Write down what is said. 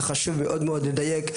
זה חשוב מאוד לדייק.